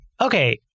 okay